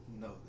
No